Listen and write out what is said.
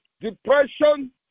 depression